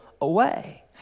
away